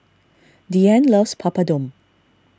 Diann loves Papadum